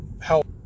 help